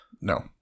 No